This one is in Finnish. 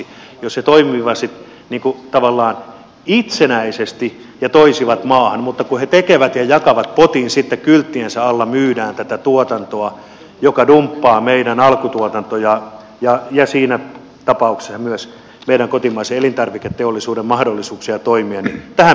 jos he toimisivat tavallaan itsenäisesti ja toisivat maahan mutta kun he tekevät ja jakavat potin sitten kylttiensä alla myyvät tätä tuotantoa joka dumppaa meidän alkutuotantoa ja siinä tapauksessa myös meidän kotimaisen elintarviketeollisuuden mahdollisuuksia toimia niin tähän pitää puuttua